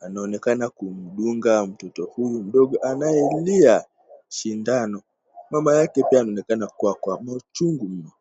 Anaonekana kumdunga mtoto huyu mdogo anayelia sindano. Mama yake pia anaonekana kuwa na uchungu mno.